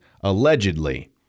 allegedly